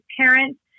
parents